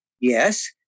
Yes